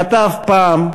כתב פעם,